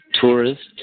tourists